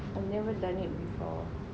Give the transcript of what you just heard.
I never done it before